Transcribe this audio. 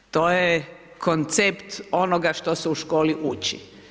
To je koncept onoga što se u školi uči.